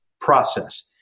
process